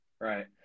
right